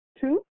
two